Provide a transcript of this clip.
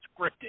scripted